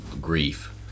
grief